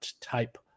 type